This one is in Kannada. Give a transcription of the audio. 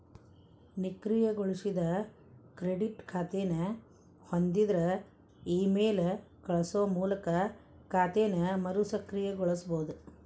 ನಿಷ್ಕ್ರಿಯಗೊಳಿಸಿದ ಕ್ರೆಡಿಟ್ ಖಾತೆನ ಹೊಂದಿದ್ರ ಇಮೇಲ್ ಕಳಸೋ ಮೂಲಕ ಖಾತೆನ ಮರುಸಕ್ರಿಯಗೊಳಿಸಬೋದ